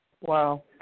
Wow